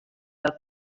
del